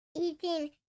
eating